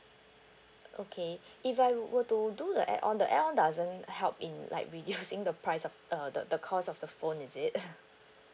okay if I were to do the add on the add on doesn't help in like reducing the price of uh the the cost of the phone is it